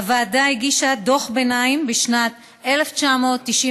הוועדה הגישה דוח ביניים בשנת 1997,